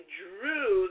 drew